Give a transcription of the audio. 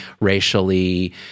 racially